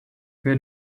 where